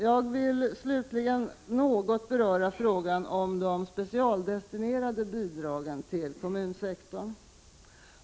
Jag vill också något beröra frågan om de specialdestinerade bidragen till kommunsektorn.